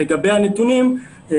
לגבי הנתונים,